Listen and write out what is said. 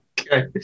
okay